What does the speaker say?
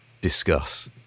Discuss